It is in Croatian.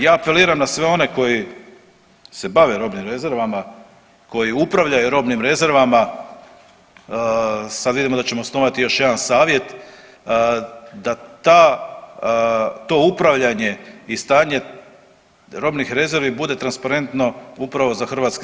Ja apeliram na sve one koji se bave robnim rezervama, koji upravljaju robnim rezervama, sad vidimo da ćemo osnovati još jedan savjet, da ta, to upravljanje i stanje robnih rezervi bude transparentno upravo za HS.